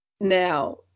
Now